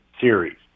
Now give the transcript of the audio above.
series